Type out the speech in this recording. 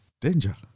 danger